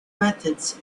methods